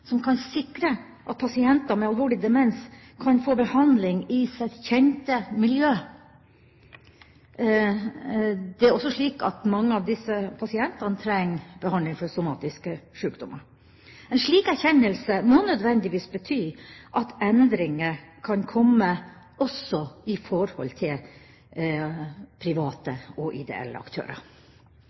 som kan sikre at pasienter med alvorlig demens kan få behandling i sitt kjente miljø. Det er også slik at mange av disse pasientene trenger behandling for somatiske sykdommer. En slik erkjennelse må nødvendigvis bety at endringer kan komme, også når det gjelder private, ideelle aktører.